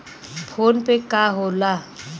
PhonePe का होला?